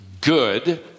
good